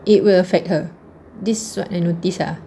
it will affect her this what I notice ah